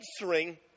answering